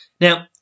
Now